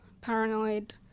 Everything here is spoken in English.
paranoid